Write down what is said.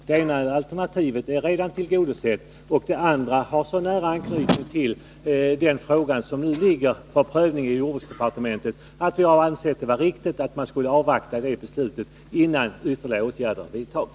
Det ena alternativet är redan tillgodosett, och det andra har så nära anknytning till den fråga som nu ligger för prövning i jordbruksdepartementet att vi har ansett det vara riktigt att avvakta departementets beslut innan ytterligare åtgärder vidtas.